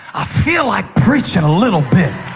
ah feel like preaching a little bit,